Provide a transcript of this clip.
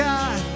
God